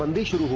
um disha.